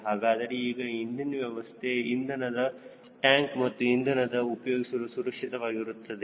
ಹಾಗಾದರೆ ಈಗ ಇಂಧನದ ವ್ಯವಸ್ಥೆ ಇಂಧನದ ಟ್ಯಾಂಕ್ ಮತ್ತು ಇಂಧನವು ಉಪಯೋಗಿಸಲು ಸುರಕ್ಷಿತವಾಗಿರುತ್ತದೆ